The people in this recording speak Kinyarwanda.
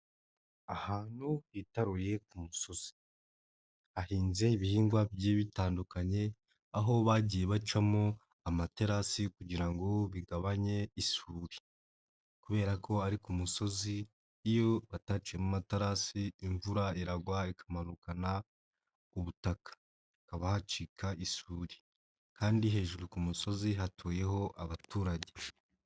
Ahantu hitaruye ku musozi, hahinze ibihingwa bigiye bitandukanye, aho bagiye bacamo amaterasi kugira ngo bigabanye isuri, kubera ko ari ku musozi, iyo bataciyemo amaterasi, imvura iragwa ikamanukana ubutaka, hakaba hacika isuri kandi hejuru ku musozi hatuyeho abaturage.